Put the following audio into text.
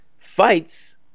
Fights